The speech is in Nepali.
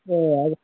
ए हजुर